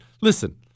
listen